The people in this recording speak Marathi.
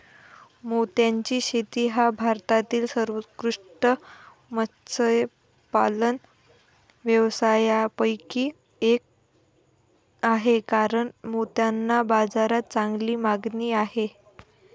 मोत्याची शेती हा भारतातील सर्वोत्कृष्ट मत्स्यपालन व्यवसायांपैकी एक आहे कारण मोत्यांना बाजारात चांगली मागणी आहे